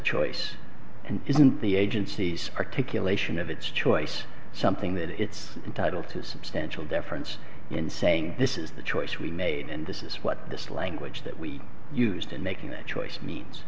choice and isn't the agency's articulation of its choice something that it's entitle to substantial deference in saying this is the choice we made and this is what this language that we used in making that choice means